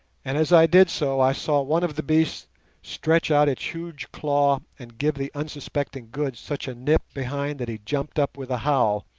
and as i did so i saw one of the beasts stretch out its huge claw and give the unsuspecting good such a nip behind that he jumped up with a howl,